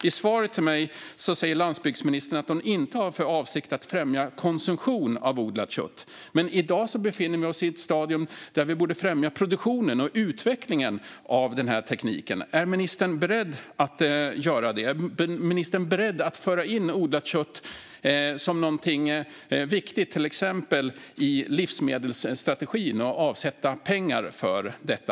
I svaret till mig sa landsbygdsministern att hon inte har för avsikt att främja konsumtion av odlat kött. Men i dag befinner vi oss i ett stadium där vi borde främja produktionen och utvecklingen av den här tekniken. Är ministern beredd att göra det? Är ministern beredd att föra in odlat kött som någonting viktigt, till exempel i livsmedelsstrategin, och att avsätta pengar för detta?